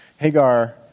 Hagar